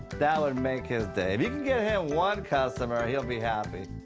that would make his day. if you can get him one customer, he'll be happy.